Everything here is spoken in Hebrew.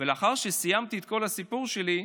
ולאחר שסיימתי את כל הסיפור שלי,